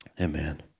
Amen